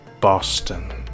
Boston